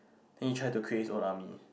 then he tried to create his own army